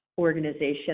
organization